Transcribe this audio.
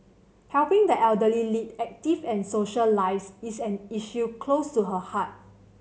helping the elderly lead active and social lives is an issue close to her heart